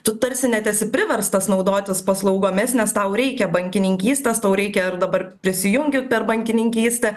tu tarsi net esi priverstas naudotis paslaugomis nes tau reikia bankininkystės tau reikia ir dabar prisijungi per bankininkystę